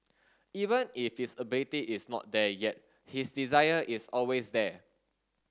even if his ability is not there yet his desire is always there